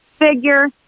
figure